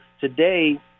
today